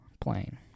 plane